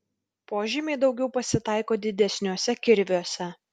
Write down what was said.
požymiai daugiau pasitaiko didesniuose kirviuose